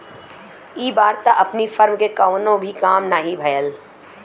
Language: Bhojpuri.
इ बार त अपनी फर्म के कवनो भी काम नाही भयल